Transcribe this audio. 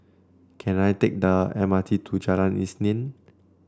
can I take the M R T to Jalan Isnin